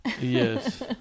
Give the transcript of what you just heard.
Yes